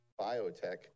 biotech